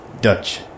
Dutch